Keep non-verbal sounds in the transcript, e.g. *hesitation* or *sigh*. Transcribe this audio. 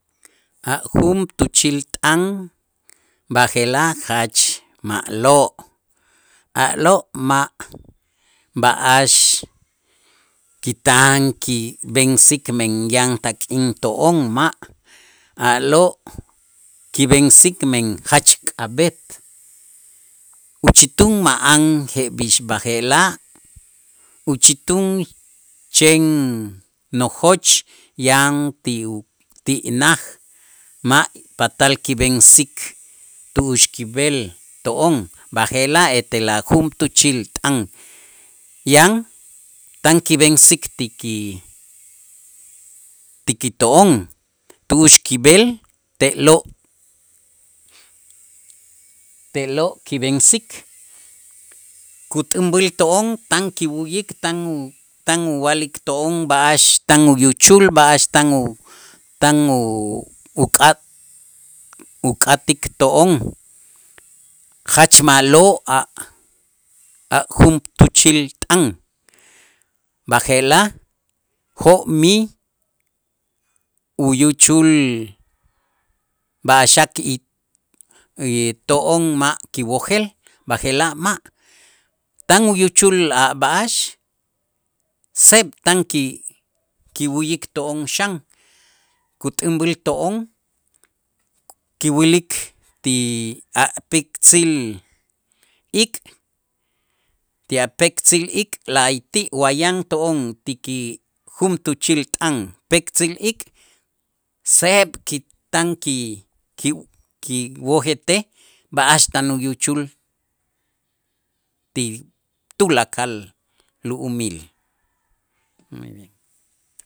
A' juntuchilt'an b'aje'laj jach ma'lo' a'lo' ma' b'a'ax kitan kib'ensik men yan tak'in to'on ma', a'lo' kib'ensik men jach k'ab'et, uchitun ma'an jeb'ix b'aje'laj, uchitun chen nojoch yan ti u ti naj ma' patal kib'ensik tu'ux kib'el to'on b'aje'laj etel a' juntuchilt'an yan tan kib'ensik ti ki ti kito'on tu'ux kib'el te'lo' te'lo' kib'ensik kut'änb'äl to'on tan kiwu'yik tan u tan uwa'lik to'on b'a'ax tan uyuchul, b'a'ax tan u tan uk'a- uk'atik to'on jach ma'lo' a' a' juntuchilt'an, b'aje'laj jo'mij uyuchul b'a'ax xak y *hesitation* to'on ma' kiwojel b'aje'laj ma', tan uyuchul a' b'a'ax seeb' tan ki- kiwu'yik to'on xan kut'änb'äl to'on kiwilik ti a' pektzil ik', ti a' pektzil ik' la'ayti' wa yan to'on ti ki juntuchilt'an pektzil ik', seeb' kit'an ki- kiw- kiwojetej b'a'ax tan uyuchul ti tulakal lu'umil. muy bien